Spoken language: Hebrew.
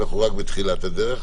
אנחנו רק בתחילת הדרך,